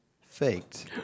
faked